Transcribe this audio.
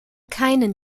keinen